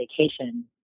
vacation